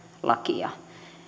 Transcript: lakia